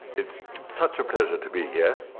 it's such a pleasure to be here.